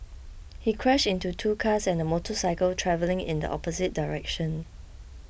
he crashed into two cars and a motorcycle travelling in the opposite direction